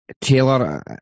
Taylor